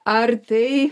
ar tai